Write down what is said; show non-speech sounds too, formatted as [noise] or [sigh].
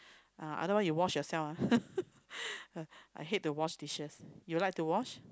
uh otherwise you wash yourself ah [laughs] I hate to wash dishes you like to wash